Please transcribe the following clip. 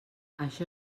això